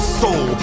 soul